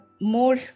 more